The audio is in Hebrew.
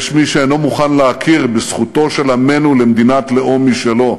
יש מי שאינו מוכן להכיר בזכותו של עמֵנו למדינת לאום משלו,